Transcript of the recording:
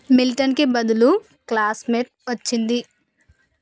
మిల్టన్కి బదులు క్లాస్మెట్ వచ్చింది